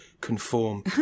conform